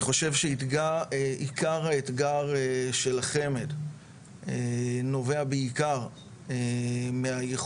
אני חושב שעיקר האתגר של החמ"ד נובע בעיקר מהייחודיות,